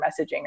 messaging